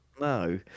No